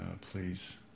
please